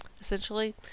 Essentially